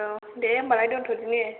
औ दे होनबालाय दोनथ'दिनि